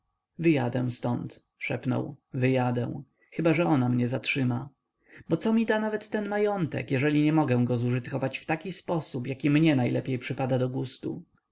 wyjadę ztąd szeptał wyjadę chyba że ona mnie zatrzyma bo co mi da nawet ten majątek jeżeli nie mogę go zużytkować w taki sposób jaki mnie najlepiej przypada do gustu